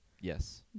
Yes